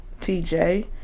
TJ